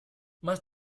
más